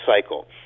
cycle